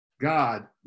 God